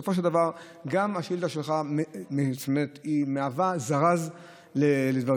בסופו של דבר גם השאילתה שלך מהווה זרז לדברים.